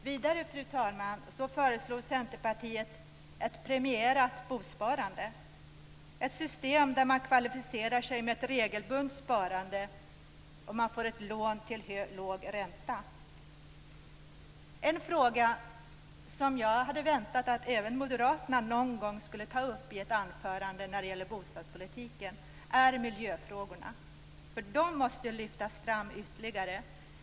Vidare, fru talman, föreslår Centerpartiet ett premierat bosparande. Ett system där man kvalificerar sig med ett regelbundet sparande och får lån till låg ränta. En fråga som jag hade väntat att även moderaterna någon gång skulle ta upp i ett anförande när det gäller bostadspolitiken är miljöfrågan. Den måste lyftas fram ytterligare.